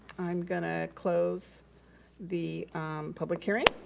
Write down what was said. i'm gonna close the public hearing.